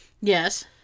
Yes